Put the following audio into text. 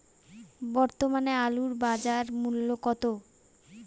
বর্তমানে আলুর বাজার মূল্য কত?